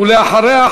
ואחריה,